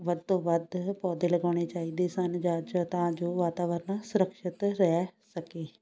ਵੱਧ ਤੋਂ ਵੱਧ ਪੌਦੇ ਲਗਾਉਣੇ ਚਾਹੀਦੇ ਸਨ ਜਾਚ ਤਾਂ ਜੋ ਵਾਤਾਵਰਨ ਸੁਰੱਖਿਅਤ ਰਹਿ ਸਕੇ